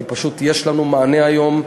כי פשוט יש לנו מענה היום,